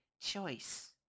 choice